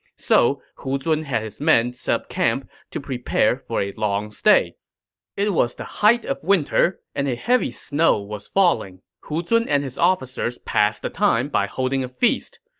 so hu zun had his men set up camp to prepare for a long stay it was the height of winter, and a heavy snow was falling. hu zun and his officers passed the time by holding a feast.